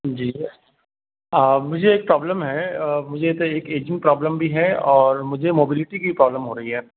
جی مجھے ایک پرابلم ہے مجھے تو ایک ایجنگ پرابلم بھی ہے اور مجھے موبلٹی کی پرابلم ہو رہی ہے